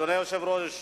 אדוני היושב-ראש,